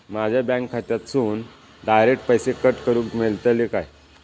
माझ्या बँक खात्यासून डायरेक्ट पैसे कट करूक मेलतले काय?